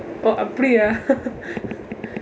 oh அப்படியா:appadiyaa